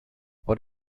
what